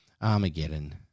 Armageddon